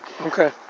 Okay